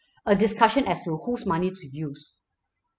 a discussion as to whose money to use